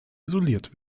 isoliert